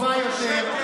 טובה יותר.